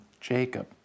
Jacob